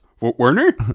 Werner